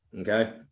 Okay